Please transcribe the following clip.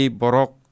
borok